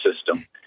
system